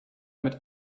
mit